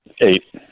eight